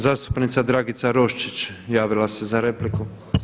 Zastupnica Dragica Roščić javila se za repliku.